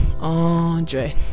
andre